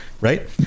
right